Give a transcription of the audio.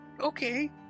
Okay